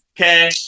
Okay